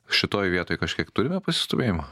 šitoj vietoj kažkiek turime pasistūmėjimą